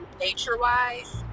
nature-wise